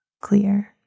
clear